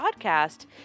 podcast